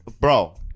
Bro